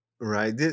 right